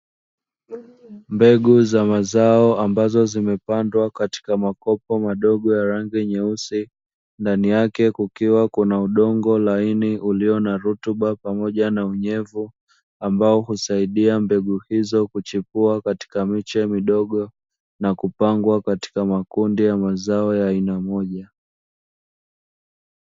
Mbegu za mazao ambazo zimepandwa katika makopo madogo ya rangi nyeusi, ndani yake kukiwa kuna udongo laini ulio na rutuba pamoja na unyevu ambao husaidia mbegu hizo kuchipua katika miche midogo, na kupangwa katika makundi ya mazao ya aina moja.